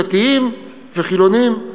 דתיים וחילונים,